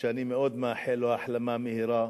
ואני מאוד מאחל לו החלמה מהירה.